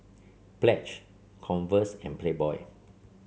Pledge Converse and Playboy